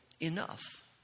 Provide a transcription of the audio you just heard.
enough